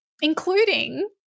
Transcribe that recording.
including